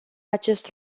acest